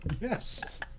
Yes